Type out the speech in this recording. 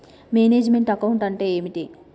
Manage meant account అంటే ఏమిటి?